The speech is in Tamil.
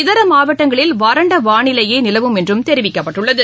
இதரமாவட்டங்களில் வறண்டவானிலையேநிலவும் என்றும் தெரிவிக்கப்பட்டுள்ளது